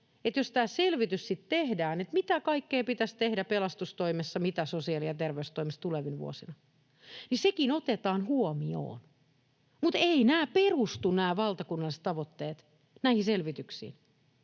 että jos tämä selvitys sitten tehdään siitä, mitä kaikkea pitäisi tehdä pelastustoimessa ja mitä sosiaali- ja terveystoimessa tulevina vuosina, niin sekin otetaan huomioon, mutta eivät nämä valtakunnalliset tavoitteet perustu näihin selvityksiin.